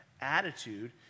attitude